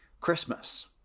Christmas